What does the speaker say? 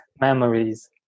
memories